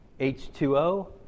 h2o